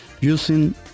using